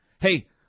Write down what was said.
Hey